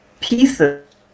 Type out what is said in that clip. pieces